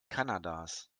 kanadas